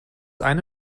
eine